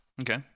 Okay